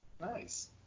Nice